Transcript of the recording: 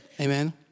Amen